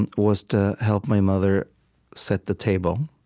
and was to help my mother set the table.